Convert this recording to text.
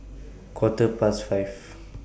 Quarter Past five